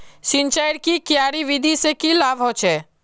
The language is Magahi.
सिंचाईर की क्यारी विधि से की लाभ होचे?